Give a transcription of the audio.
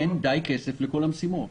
אין די כסף לכל המשימות.